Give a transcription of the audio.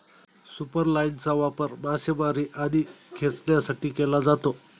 सुपरलाइनचा वापर मासेमारी आणि खेचण्यासाठी केला जातो